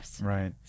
Right